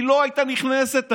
היא לא הייתה נכנסת לנבחרת.